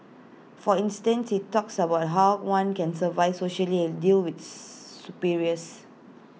for instance IT talks about how one can survive socially and deal with superiors